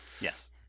Yes